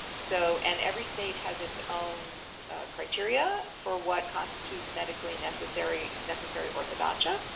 so and every state has its own criteria for what constitutes medically necessary necessary orthodontia.